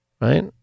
Right